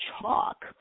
chalk